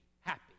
happy